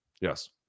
Yes